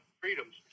freedoms